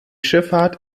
schifffahrt